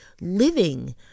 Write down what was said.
living